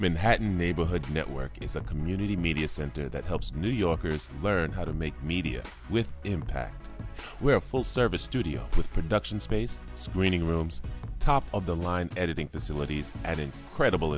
manhattan neighborhood network is a community media center that helps new yorkers learn how to make media with impact where a full service studio with production space screening rooms top of the line editing facilities at any credible